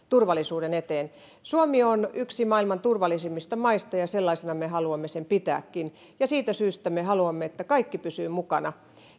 turvallisuuden eteen suomi on yksi maailman turvallisimmista maista ja sellaisena me haluamme sen pitääkin ja siitä syystä me haluamme että kaikki pysyvät mukana